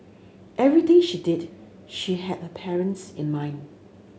everything she did she had her parents in mind